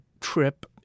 trip